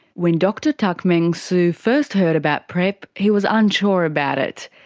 when dr tuck meng soo first heard about prep, he was unsure about it.